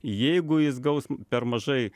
jeigu jis gaus per mažai